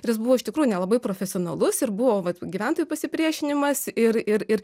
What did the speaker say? ir jis buvo iš tikrųjų nelabai profesionalus ir buvo vat gyventojų pasipriešinimas ir ir ir